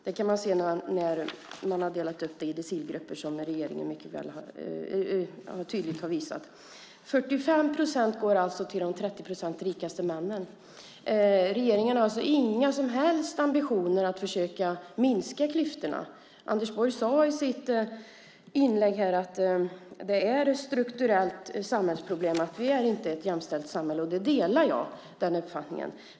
Det kan man se när man har delat upp det i decilgrupper som regeringen tydligt har visat. 45 procent går alltså till de 30 procent rikaste männen. Regeringen har inga som helst ambitioner att försöka minska klyftorna. Anders Borg sade i sitt inlägg att det är ett strukturellt samhällsproblem att vi inte är ett jämställt samhälle. Jag delar den uppfattningen.